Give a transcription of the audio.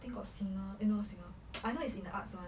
I think got singer eh not singer I know it's in the arts [one]